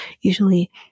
usually